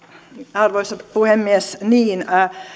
pönttöön arvoisa puhemies